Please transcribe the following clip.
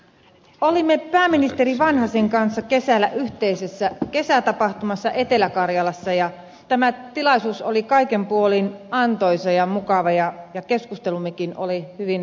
olimme pääministeri vanhasen kanssa kesällä yhteisessä kesätapahtumassa etelä karjalassa ja tämä tilaisuus oli kaikin puolin antoisa ja mukava ja keskustelummekin oli hyvin värikästä